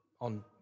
on